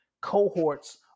cohorts